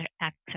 access